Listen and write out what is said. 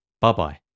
Bye-bye